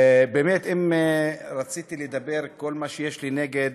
באמת, אם רציתי לדבר ולומר כל מה שיש לי נגד